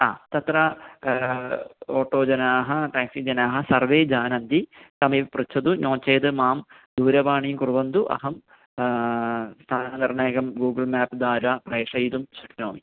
हा तत्र ओटो जनाः टेक्सी जनाः सर्वे जानन्ति तमेव पृच्छतु नो चेत् मां दूरवाणीं कुर्वन्तु अहं स्थाननिर्णायकं गूगल् मेप् द्वारा प्रेषयितुं शक्नोमि